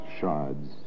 shards